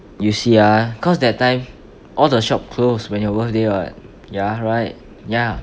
you see ah cause that time all the shop closed when your birthday [what] ya right ya